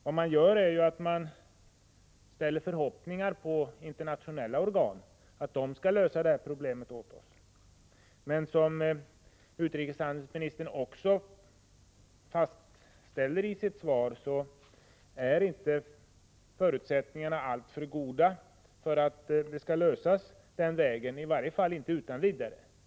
Vad man gör är att ställa förhoppningar på att internationella organ skall lösa de här problemen åt oss. Men, som utrikeshandelsministern fastslår i sitt svar, är förutsättningarna inte särskilt goda för att problemen skall kunna lösas på det sättet, i varje fall inte utan vidare.